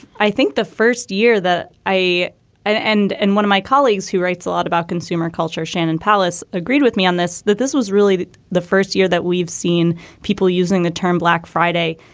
i think the first year that i and and and one of my colleagues who writes a lot about consumer culture, shannon palace, agreed with me on this, that this was really the first year that we've seen people using the term black friday,